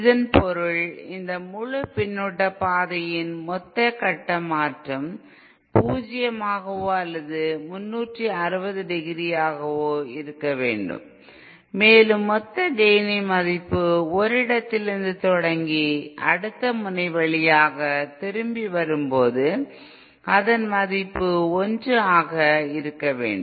இதன் பொருள் இந்த முழு பின்னூட்டப் பாதையின் மொத்த கட்ட மாற்றம் பூஜ்ஜியமாகவோ அல்லது 360 டிகிரியாகவோ இருக்க வேண்டும் மேலும் மொத்த கேய்னின் மதிப்பு ஒரு இடத்திலிருந்து தொடங்கி அடுத்த முனை வழியாக திரும்பி வரும்போது அதின் மதிப்பு 1 ஆக இருக்கவேண்டும்